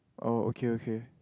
oh okay okay